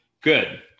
Good